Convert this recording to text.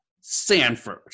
Sanford